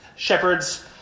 Shepherds